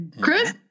Chris